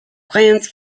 plans